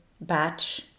batch